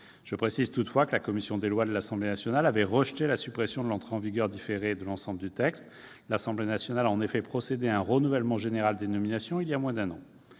Je précise toutefois que la commission des lois de l'Assemblée nationale avait rejeté la suppression de l'entrée en vigueur différée de l'ensemble du texte : l'Assemblée nationale a en effet procédé à un renouvellement général des nominations il y a moins d'un an.